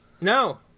No